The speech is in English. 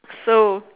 so